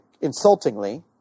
insultingly